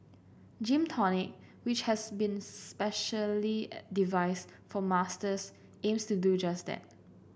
Gym Tonic which has been specially devised for Masters aims to do just that